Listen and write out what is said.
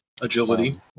Agility